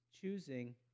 choosing